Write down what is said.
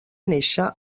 néixer